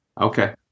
Okay